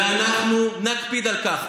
ואנחנו נקפיד על כך.